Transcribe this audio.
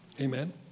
Amen